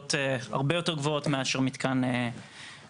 שהעלויות הרבה יותר גבוהות מאשר במתקן על